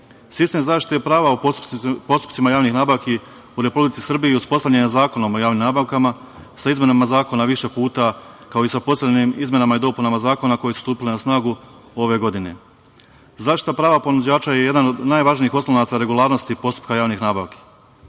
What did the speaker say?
usluga. Sistem zaštite prava u postupcima javnih nabavki u Republici Srbiji uspostavljen je Zakonom o javnim nabavkama, sa izmenama zakona više puta, kao i sa posebnim izmenama i dopunama zakona koji su stupili na snagu ove godine.Zaštita prava ponuđača je jedan od najvažnijih oslonaca regularnosti postupka javnih nabavki.